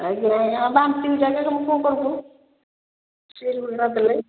ଆଜ୍ଞା ବାନ୍ତି ହେଉଛି ଆଜ୍ଞା କ'ଣ କ'ଣ କରିବୁ ସିଟ୍ ଗୋଟେ ନଦେଲେ